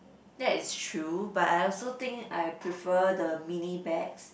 that is true but I also think I prefer the mini bags